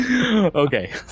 Okay